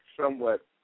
somewhat